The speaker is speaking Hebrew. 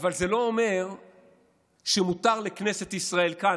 אבל זה לא אומר שמותר לכנסת ישראל כאן,